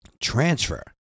Transfer